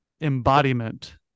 embodiment